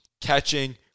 catching